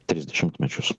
tris dešimtmečius